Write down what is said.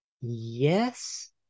yes